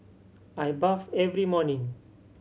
I bathe every morning